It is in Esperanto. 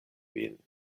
vin